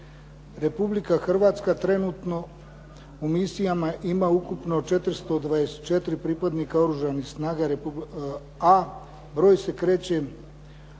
Republika Hrvatska trenutno u misijama ima ukupno 424 pripadnika Oružanih snaga, a broj se kreće